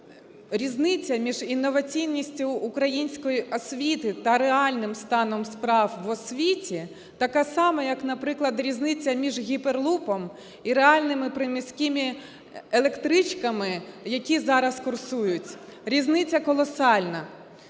різниця між інноваційністю української освіти та реальним станом справ в освіті така сама, як, наприклад, різниця між Hyperloop і реальними приміськими електричками, які зараз курсують. Різниця колосальна.